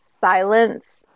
silence